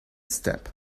step